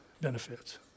benefits